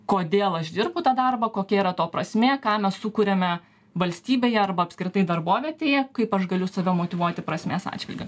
kodėl aš dirbu tą darbą kokia yra to prasmė ką mes sukuriame valstybėje arba apskritai darbovietėje kaip aš galiu save motyvuoti prasmės atžvilgiu